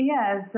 Yes